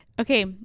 Okay